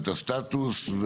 את הסטטוס,